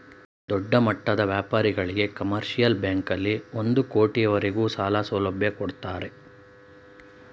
ದೊಡ್ಡಮಟ್ಟದ ವ್ಯಾಪಾರಿಗಳಿಗೆ ಕಮರ್ಷಿಯಲ್ ಬ್ಯಾಂಕಲ್ಲಿ ಒಂದು ಕೋಟಿ ಅವರಿಗೆ ಸಾಲ ಸೌಲಭ್ಯ ಕೊಡ್ತಾರೆ